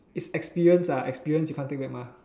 is experience ah experience you can't take back mah